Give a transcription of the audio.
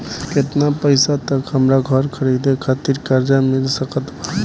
केतना पईसा तक हमरा घर खरीदे खातिर कर्जा मिल सकत बा?